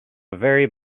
very